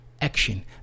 action